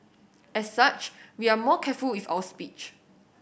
as such we are more careful with our speech